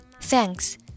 thanks